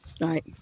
Right